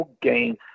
gain